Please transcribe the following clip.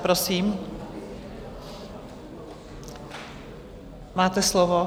Prosím, máte slovo.